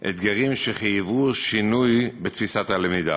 אתגרים שחייבו שינוי בתפיסת הלמידה.